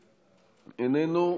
איננו,